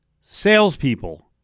salespeople